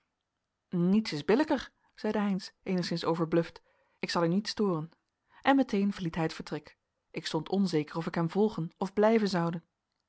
niets is billijker zeide heynsz eenigszins overbluft ik zal u niet storen en meteen verliet hij het vertrek ik stond onzeker of ik hem volgen of blijven zoude